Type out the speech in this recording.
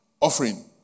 offering